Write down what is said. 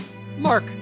Mark